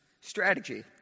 strategy